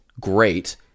great